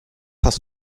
hast